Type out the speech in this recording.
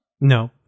no